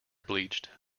bleached